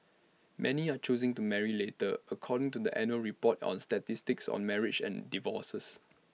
many are choosing to marry later according to the annual report on statistics on marriages and divorces